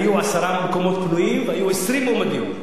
היו עשרה מקומות פנויים והיו עשרים מועמדים.